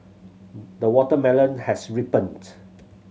the watermelon has ripened